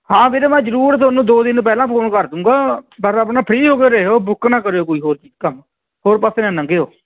ਹਾਂ ਵੀਰੇ ਮੈਂ ਜ਼ਰੂਰ ਤੁਹਾਨੂੰ ਦੋ ਦਿਨ ਪਹਿਲਾਂ ਫੋਨ ਕਰਦੂੰਗਾ ਪਰ ਆਪਣਾ ਫ੍ਰੀ ਹੋ ਕੇ ਰਿਹੋ ਬੁੱਕ ਨਾ ਕਰਿਓ ਕੋਈ ਹੋਰ ਜੀ ਕੰਮ ਹੋਰ ਪਾਸੇ ਨਾ ਲੰਗਿਓ